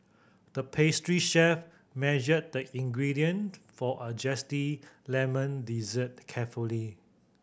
the pastry chef measured the ingredient for a zesty lemon dessert carefully